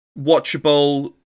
Watchable